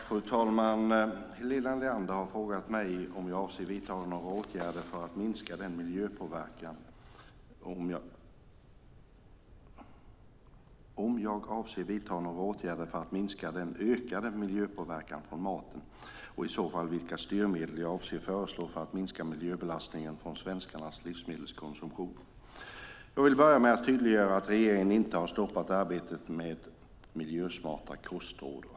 Fru talman! Helena Leander har frågat mig om jag avser att vidta några åtgärder för att minska den ökande miljöpåverkan från maten och i så fall vilka styrmedel jag avser att föreslå för att minska miljöbelastningen från svenskarnas livsmedelskonsumtion. Jag vill börja med att tydliggöra att regeringen inte har stoppat arbetet med miljösmarta kostråd.